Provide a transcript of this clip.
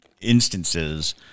instances